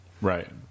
Right